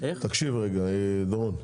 תקשיב רגע, דורון.